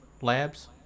labs